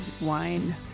wine